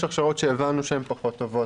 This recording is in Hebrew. יש הכשרות שהבנו שהן פחות טובות,